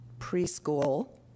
preschool